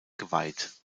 geweiht